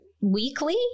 Weekly